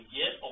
get